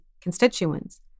constituents